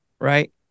Right